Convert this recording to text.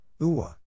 UWA